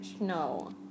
no